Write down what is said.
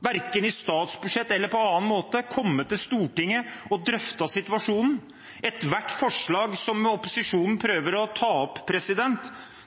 verken i statsbudsjettet eller på annen måte, eller kommet til Stortinget for å drøfte situasjonen. Ethvert forslag som opposisjonen prøver å ta opp,